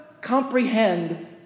comprehend